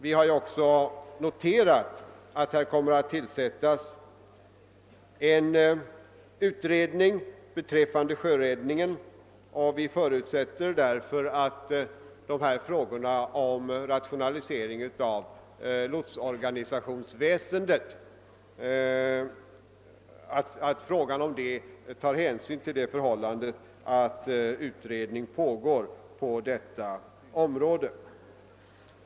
Vi har också noterat att en utredning beträffande sjöräddning kommer att tillsättas, och vi förutsätter därför att hänsyn tas till denna då ställning skall tas till frågan om rationalisering av lotsväsendet.